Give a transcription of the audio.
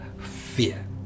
fear